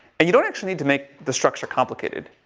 and you don't actually need to make the structure complicated.